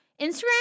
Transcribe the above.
Instagram